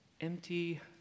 empty